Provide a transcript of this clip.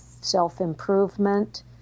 self-improvement